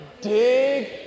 Dig